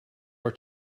are